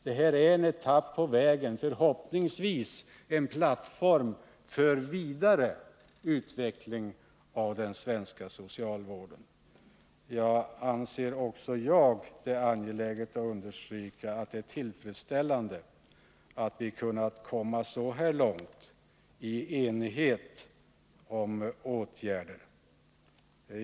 Detta är en etapp på vägen, förhoppningsvis en plattform för vidare utveckling av den svenska socialvården. Också jag anser det angeläget att understryka att det är tillfredsställande att vi har kunnat komma så här långt i enighet om åtgärder.